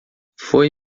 foi